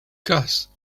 gas